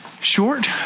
Short